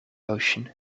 ocean